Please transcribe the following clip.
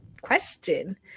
question